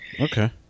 Okay